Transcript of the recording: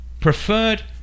preferred